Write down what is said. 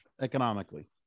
economically